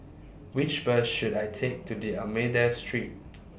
Which Bus should I Take to D'almeida Street